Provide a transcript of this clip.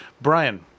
Brian